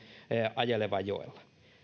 ajelevan joella